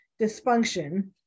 dysfunction